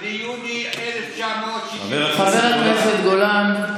ביוני 1960, חבר הכנסת גולן.